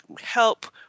help